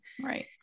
Right